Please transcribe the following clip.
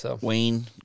Wayne